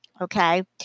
Okay